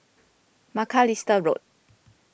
Macalister Road